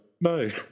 No